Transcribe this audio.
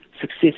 success